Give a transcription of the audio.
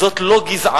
זאת לא גזענות,